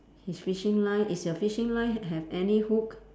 his fishing line is your fishing line have any hook